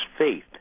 faith